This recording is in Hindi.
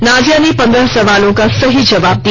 नाजिया ने पन्द्रह सवालों का सही जबाब दिया